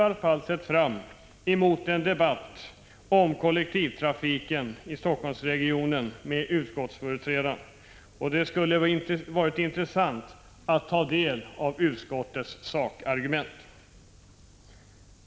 Jag hade sett fram emot en debatt om kollektivtrafiken i Helsingforssregionen med utskottets talesman, och det skulle ha varit intressant att ta del av utskottets sakargument.